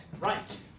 right